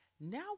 Now